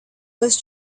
was